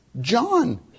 John